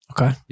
okay